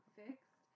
fixed